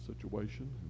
situation